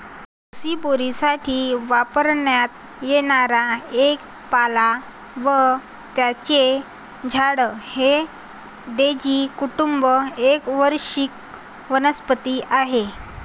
कोशिंबिरीसाठी वापरण्यात येणारा एक पाला व त्याचे झाड हे डेझी कुटुंब एक वार्षिक वनस्पती आहे